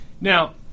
Now